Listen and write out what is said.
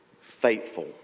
faithful